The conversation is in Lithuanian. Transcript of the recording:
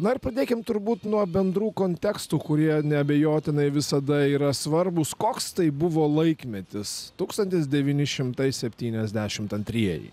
na ir pradėkim turbūt nuo bendrų kontekstų kurie neabejotinai visada yra svarbūs koks tai buvo laikmetis tūkstabtis devyni šimtai septyniasdešimt antrieji